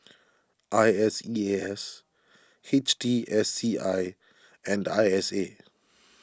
I S E A S H T S C I and I S A